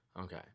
Okay